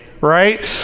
right